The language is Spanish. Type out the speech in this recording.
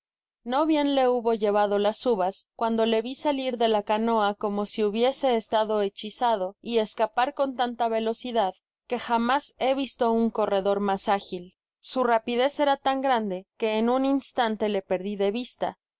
no bien le hubo llevado las uvas cuando le vi salir de la canoa como si lobiese estado hechizado y escapar con tanta velocidad que jamás he visto un corredor mas ágil su rapidez era tan grande que en un instante le perdi de vista